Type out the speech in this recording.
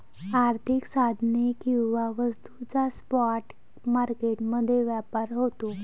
आर्थिक साधने किंवा वस्तूंचा स्पॉट मार्केट मध्ये व्यापार होतो